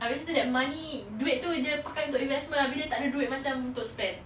I wasted that money duit tu jer pakai untuk investment abeh dia tak ada duit untuk macam spend